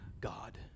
God